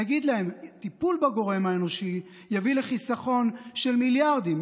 נגיד להם שטיפול בגורם האנושי יביא לחיסכון של מיליארדים.